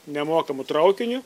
nemokamu traukiniu